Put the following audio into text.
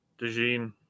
Dejean